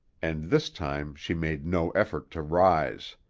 and this time she made no effort to rise.